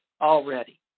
already